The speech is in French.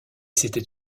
c’était